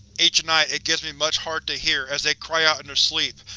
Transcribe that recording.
each night, it gives me much heart to hear as they cry out in their sleep,